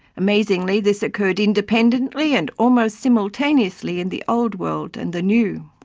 amazingly, this occurred independently, and almost simultaneously in the old world and the new.